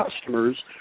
customers